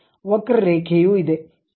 ವಕ್ರರೇಖೆಯು ಇದೆ